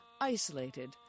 isolated